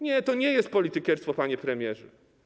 Nie, to nie jest politykierstwo, panie premierze.